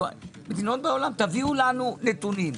תביאו לנו נתונים.